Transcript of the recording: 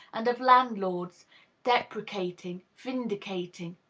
and of landlords deprecating, vindicating.